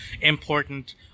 important